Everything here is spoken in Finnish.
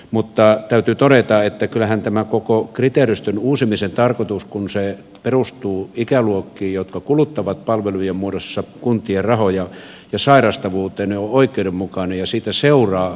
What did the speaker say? mutta täytyy todeta että kyllähän tämän koko kriteeristön uusimisen tarkoitus kun se perustuu ikäluokkiin jotka kuluttavat palvelujen muodossa kuntien rahoja ja sairastavuuteen on oikeudenmukainen ja siitä seuraa mitä seuraa